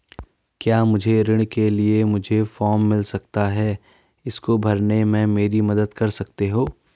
क्या मुझे ऋण के लिए मुझे फार्म मिल सकता है इसको भरने में मेरी मदद कर सकते हो?